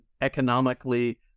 economically